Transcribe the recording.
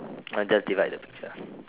just divide the picture